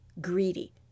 greedy